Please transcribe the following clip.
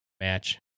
match